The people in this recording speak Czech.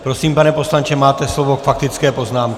Prosím, pane poslanče, máte slovo k faktické poznámce.